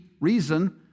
reason